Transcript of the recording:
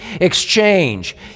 exchange